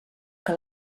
que